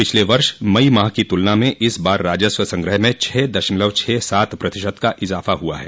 पिछले वर्ष मई माह की तुलना में इस बार राजस्व संग्रह में छ दशमलव छः सात प्रतिशत का इज़ाफ़ा हुआ है